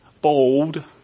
bold